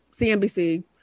cnbc